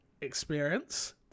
experience